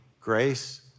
grace